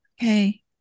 Okay